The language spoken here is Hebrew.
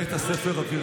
תפנק אותי בקריאה